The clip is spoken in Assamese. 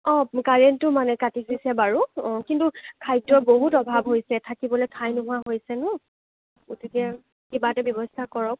অঁ কাৰেণ্টো মানে কাটি দিছে বাৰু কিন্তু খাদ্য বহুত অভাৱ হৈছে থাকিবলৈ ঠাই নোহোৱা হৈছে ন গতিকে কিবা এটা ব্যৱস্থা কৰক